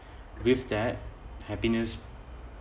with that happiness